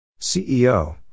CEO